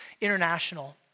International